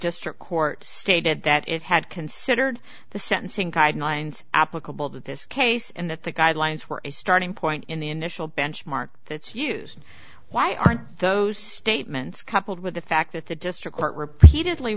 district court stated that it had considered the sentencing guidelines applicable to this case and that the guidelines were a starting point in the initial benchmark that's used why aren't those statements coupled with the fact that the district court repeatedly